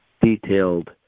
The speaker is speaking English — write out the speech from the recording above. detailed